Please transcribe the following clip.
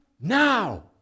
now